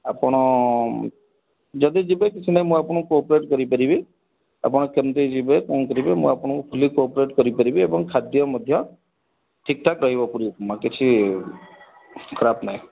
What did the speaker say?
ଆପଣ ଯଦି ଯିବେ କିଛି ନାହିଁ ମୁଁ ଆପଣଙ୍କୁ କୋପରେଟ୍ କରି ପାରିବି ଆପଣ କେମିତି ଯିବେ କ'ଣ କରିବେ ମୁଁ ଆପଣଙ୍କୁ ଫୁଲି କୋପରେଟ୍ କରିପାରିବି ଏବଂ ଖାଦ୍ୟ ମଧ୍ୟ ଠିକ ଠାକ ରହିବ ପୁରି ଉପମା କିଛି ଖରାପ ନାହିଁ